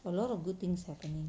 a lot of good things happening